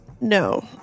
no